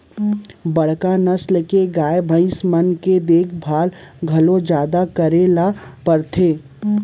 बड़का नसल के गाय, भईंस मन के देखभाल घलौ जादा करे ल परथे